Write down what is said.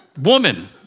woman